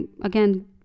again